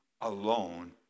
alone